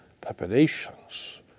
populations